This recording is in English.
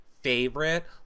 favorite